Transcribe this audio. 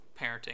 parenting